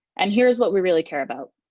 and here's what we really care about.